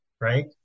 right